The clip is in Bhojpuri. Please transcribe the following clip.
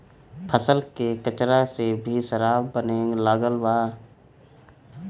फसल के कचरा से भी शराब बने लागल बा